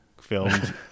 filmed